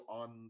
on